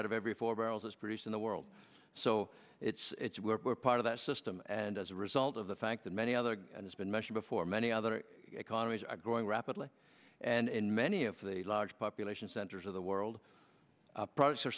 out of every four barrels is produced in the world so it's we're part of that system and as a result of the fact that many other and it's been mentioned before many other economies are growing rapidly and many of the large population centers of the world products are